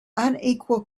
unequal